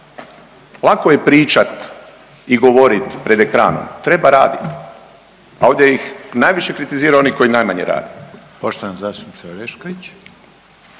Lako je pričat i govorit pred ekranom. Treba raditi, a ovdje ih najviše kritiziraju oni koji najmanje rade.